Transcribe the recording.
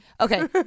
Okay